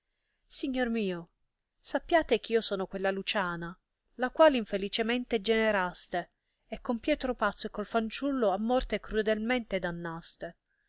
signor mio sappiate ch'io sono quella luciana la quale infelicemente generaste e con pietro pazzo e col fanciullo a morte crudelmente dannaste